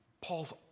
Paul's